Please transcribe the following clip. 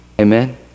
Amen